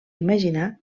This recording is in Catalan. imaginar